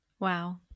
Wow